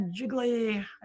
jiggly